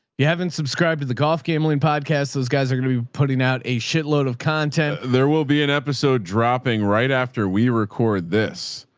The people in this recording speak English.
you haven't subscribed to the golf gambling podcasts. those guys are going to be putting out a shitload of content. there will be an episode dropping right after we record this,